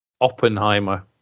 Oppenheimer